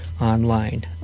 online